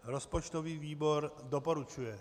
Rozpočtový výbor doporučuje.